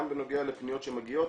גם בנוגע לפניות שמגיעות,